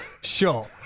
Sure